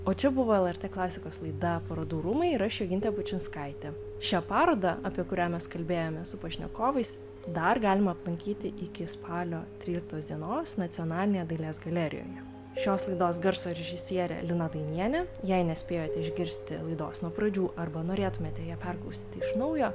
o čia buvo lrt klasikos laida parodų rūmai ir aš jogintė bučinskaitė šią parodą apie kurią mes kalbėjome su pašnekovais dar galima aplankyti iki spalio tryliktos dienos nacionalinėje dailės galerijoje šios laidos garso režisierė lina dainienė jei nespėjote išgirsti laidos nuo pradžių arba norėtumėte ją perklausyti iš naujo